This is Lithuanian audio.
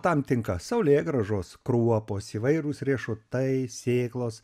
tam tinka saulėgrąžos kruopos įvairūs riešutai sėklos